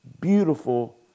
beautiful